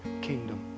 kingdom